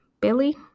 Billy